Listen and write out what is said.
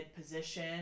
position